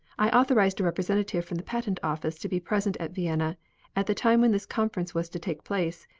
i authorized a representative from the patent office to be present at vienna at the time when this conference was to take place,